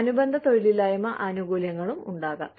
അനുബന്ധ തൊഴിലില്ലായ്മ ആനുകൂല്യങ്ങളും ഉണ്ടാകാം